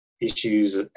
issues